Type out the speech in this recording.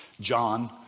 John